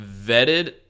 vetted